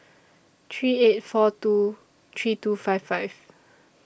three eight four two three two five five